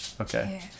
Okay